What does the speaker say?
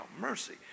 mercy